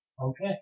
Okay